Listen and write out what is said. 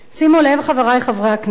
שימו לב, חברי חברי הכנסת,